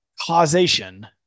causation